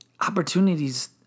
opportunities